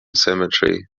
cemetery